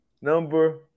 number